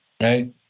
right